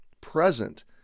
present